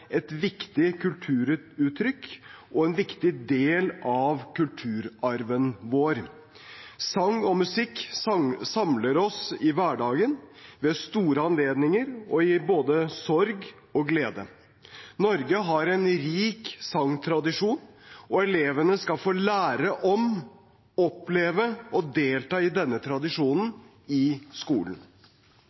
et viktig kulturuttrykk og en viktig del av kulturarven vår. Sang og musikk samler oss i hverdagen, ved store anledninger og i både sorg og glede. Norge har en rik sangtradisjon, og elevene skal få lære om, oppleve og delta i denne tradisjonen i skolen. Som kjent jobber vi nå med å fornye innholdet i skolen.